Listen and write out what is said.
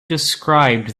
described